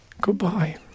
Goodbye